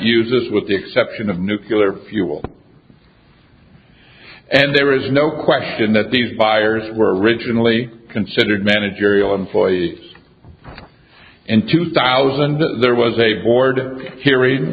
uses with the exception of nucular fuel and there is no question that these buyers were originally considered managerial employees in two thousand there was a board